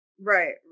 Right